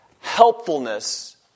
helpfulness